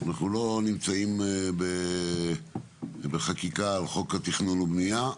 אנחנו לא נמצאים בחקיקה על חוק התכנון והבנייה.